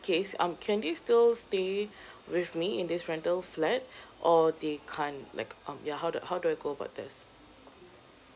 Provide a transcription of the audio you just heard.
case um can they still stay with me in this rental flat or they can't like um ya how do how do I go about this